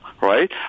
right